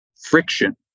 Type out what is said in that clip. friction